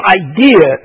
idea